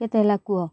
କେତେ ହେଲା କୁହ